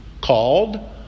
called